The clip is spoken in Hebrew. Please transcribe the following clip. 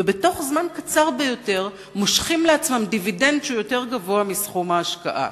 ובתוך זמן קצר ביותר מושכים לעצמם דיבידנד שהוא יותר גבוה מסכום ההשקעה.